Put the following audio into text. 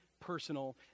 personal